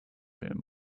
him